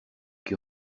qui